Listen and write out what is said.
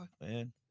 man